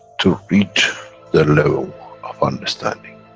to reach the level of understanding